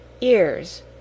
ears